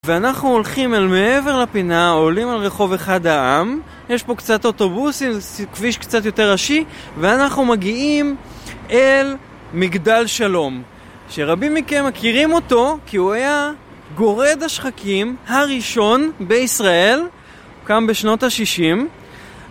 ואנחנו הולכים אל מעבר לפינה, עולים על רחוב אחד העם, יש פה קצת אוטובוסים, כביש קצת יותר ראשי, ואנחנו מגיעים אל מגדל שלום, שרבים מכם מכירים אותו כי הוא היה גורד השחקים הראשון בישראל, הוקם בשנות השישים.